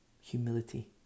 Humility